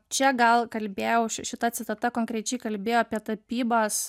čia gal kalbėjau šita citata konkrečiai kalbėjo apie tapybas